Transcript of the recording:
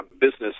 business